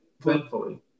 Thankfully